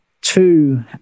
two